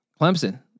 Clemson